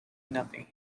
nothing